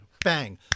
bang